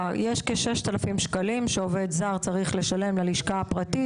יש כ-6,000 שקלים שעובד זר צריך לשלם ללשכה הפרטית